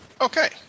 Okay